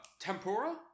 tempura